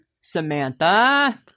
Samantha